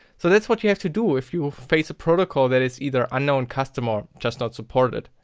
so that's what you have to do if you face a protocol that is either unknown, custom or just not supported.